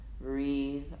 breathe